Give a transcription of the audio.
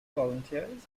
volunteers